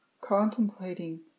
contemplating